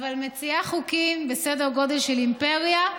אבל מציעה חוקים בסדר גודל של אימפריה,